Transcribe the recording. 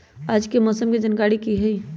आज के मौसम के जानकारी कि हई?